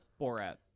Borat